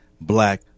black